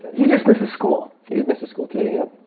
he just misses school? he misses school today, yep.